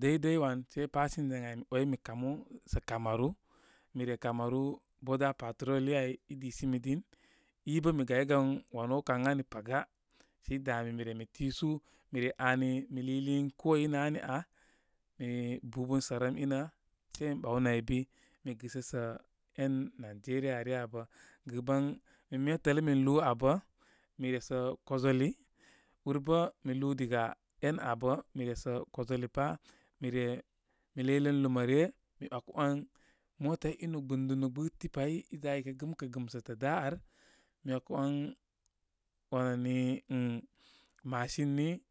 Dəy dəy wan sei passenger ən áy mi ‘way mi kamu sə camaru. Mi re camaru bodu paturol áy i disimi din. I bə mi gaygan wanu wow kan ən ani paga. Səi dá mi, mi re mi tisu. Mi reaani mi lúlin koo inə ani aa. Mi búbun sərəm inə. Se mi ɓaw naybi mi gɨsə sə én nigeria yə abə. Gɨban min metələ min lúú abə mi resə kojoli. Úr bə mi lúú diga én abə mi resə kojoli rá. Mi re mi ləyən luma rə. Mi wakə ‘wan motay inu gbɨn dunu gbɨ. Tipay i za i kə gɨmkə gɨmsə tə dá ar. Mi ‘wakə ‘wan wani nih machine ni.